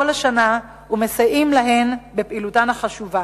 השנה ומסייעים להן בפעילותן החשובה.